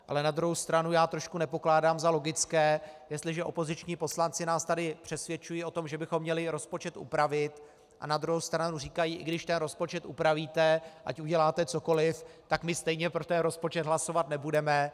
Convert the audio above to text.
Ale na druhou stranu trošku nepokládám za logické, jestliže nás tady opoziční poslanci přesvědčují o tom, že bychom měli rozpočet upravit, a na druhou stranu říkají, i když rozpočet upravíte, ať uděláte cokoliv, tak stejně pro rozpočet hlasovat nebudeme.